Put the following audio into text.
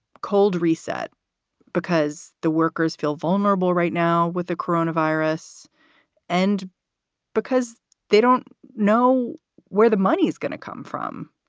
cold reset because the workers feel vulnerable right now with the corona virus and because they don't know where the money is going to come from.